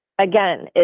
Again